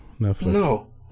Netflix